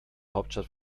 hauptstadt